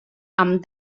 amb